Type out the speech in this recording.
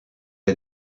est